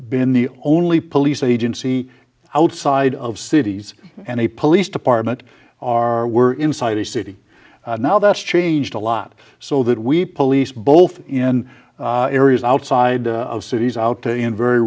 been the only police agency outside of cities and the police department are were inside the city now that's changed a lot so that we police both in areas outside of cities out to in very